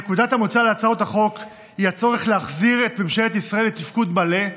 נקודת המוצא להצעות החוק היא הצורך להחזיר את ממשלת ישראל לתפקוד מלא,